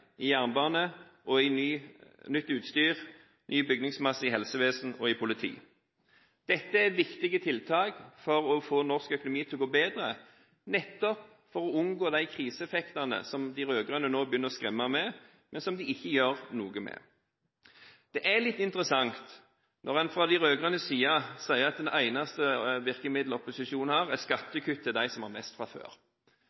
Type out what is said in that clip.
i jernbane, i nytt utstyr og i ny bygningsmasse i helsevesen og i politi. Dette er viktige tiltak for å få norsk økonomi til å gå bedre, nettopp for å unngå de kriseeffektene som de rød-grønne nå begynner å skremme med, men som de ikke gjør noe med. Det er litt interessant at de rød-grønne sier at det eneste virkemiddelet opposisjonen har, er